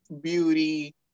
beauty